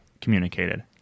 communicated